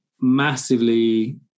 massively